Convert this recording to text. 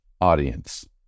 audience